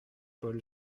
paul